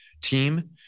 team